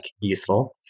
useful